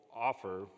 offer